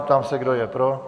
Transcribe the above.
Ptám se, kdo je pro.